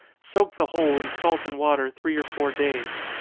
soak the whole in salt and water three or four days.